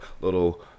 little